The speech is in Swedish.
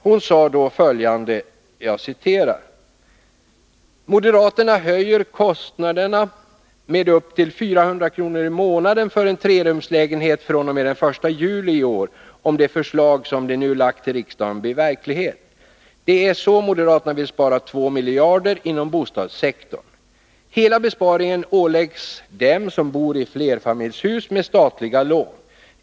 Hon sade då följande: ”Moderaterna höjer kostnaderna med upp till 400 kr./mån. för en trerumslägenhet fr.o.m. den 1 juli i år om det förslag som de nu lagt till riksdagen blir verklighet. Det är så moderaterna vill spara 2 miljarder inom bostadssektorn. Hela besparingen åläggs dem som bor i flerfamiljshus med statliga lån.